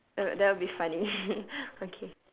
it'll that will be funny okay